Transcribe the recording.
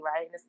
right